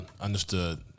understood